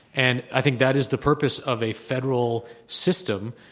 and i think that is the purpose of a federal system.